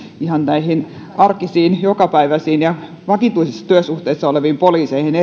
ihan näihin arkisiin jokapäiväisiin ja vakituisissa työsuhteissa oleviin poliiseihin